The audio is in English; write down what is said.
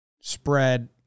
spread